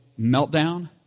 meltdown